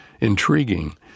intriguing